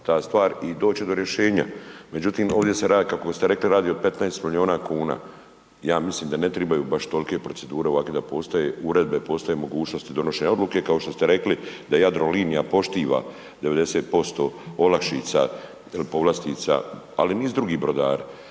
i doći će do rješenja. Međutim ovdje se radi kako ste rekli o 15 milijuna kuna, ja mislim da ne trebaju baš tolike procedure ovakve da postoje, uredbe, postoje mogućnosti donošenja odluke kao što ste rekli da Jadrolinija poštiva 90% olakšica, povlastice ali i niz drugih brodara,